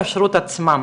למשגיחי הכשרות עצמם.